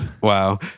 Wow